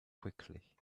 quickly